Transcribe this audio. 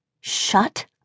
Shut